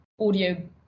audio